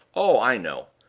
oh, i know!